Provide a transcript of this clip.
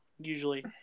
usually